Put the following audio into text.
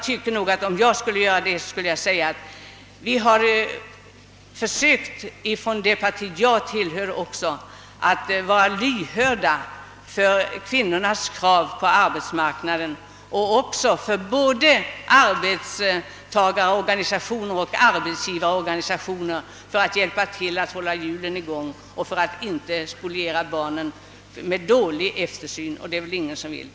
Skulle jag göra det, skulle jag i så fall säga, att vi inom det parti jag tillhör har försökt att vara lyhörda för kvinnornas krav att komma ut på arbetsmarknaden men också för att hjälpa arbetsmarknaden att hålla hjulen i gång och för att inte spoliera barnens vård genom dålig eftersyn.